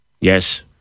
Yes